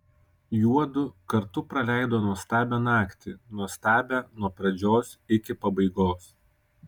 juodu kartu praleido nuostabią naktį nuostabią nuo pradžios iki pabaigos